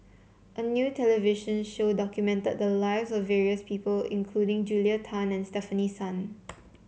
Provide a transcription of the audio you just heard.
a new television show documented the lives of various people including Julia Tan and Stefanie Sun